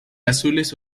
azules